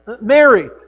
Mary